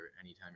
anytime